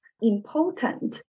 important